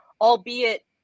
albeit